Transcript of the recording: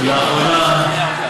לאחרונה,